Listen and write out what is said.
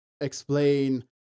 explain